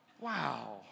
Wow